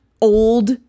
old